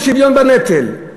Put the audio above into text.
שוויון בנטל.